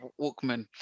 Walkman